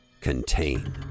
Contain